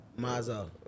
Mazzo